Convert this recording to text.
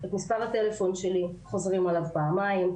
את מספר הטלפון שלי, חוזרים עליו פעמיים,